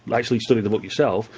actually study the book yourself,